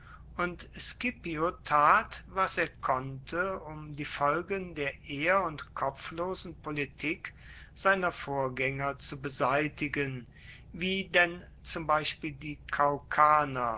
und scipio tat was er konnte um die folgen der ehr und kopflosen politik seiner vorgänger zu beseitigen wie denn zum beispiel die